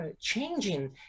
changing